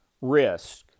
risk